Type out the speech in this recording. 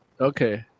Okay